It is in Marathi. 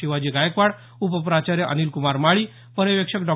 शिवाजी गायकवाड उपप्राचार्य अनिलकुमार माळी पर्यवेक्षक डॉ